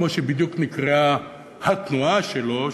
כמו שבדיוק נקראה התנועה שלו,